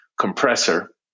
compressor